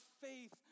faith